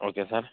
okay sir